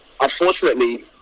unfortunately